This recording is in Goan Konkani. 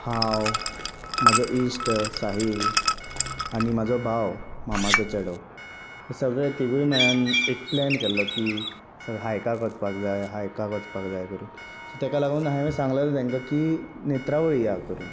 हांव म्हजो इश्ट साहील आनी म्हाजो भाव मामाचो चेडो सगळें तिगूय मेळोन एक प्लेन केल्लो की हाय्काक वचपाक जाय हाय्काक वचपाक जाय करून ताका लागून हांवें सांगलेलें तांकां की नेत्रावळी या करून